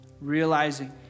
realizing